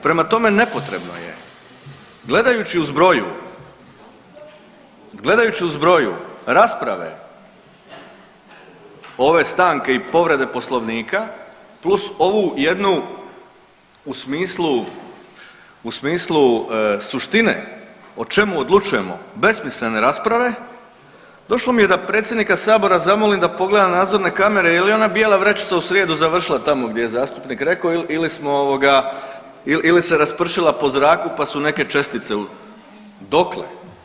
Prema tome nepotrebno je gledajući u zboru, gledajući u zbroju rasprave ove stanke i povrede Poslovnika plus ovu jednu u smislu, u smislu suštine o čemu odlučujemo besmislene rasprave došlo mi je da predsjednika sabora zamolim da pogleda nadzorne kamere je li ona bijela vrećica u srijedu završila tamo gdje je zastupnik rekao ili smo ovoga ili se raspršila po zraku pa su neke čestice, dokle.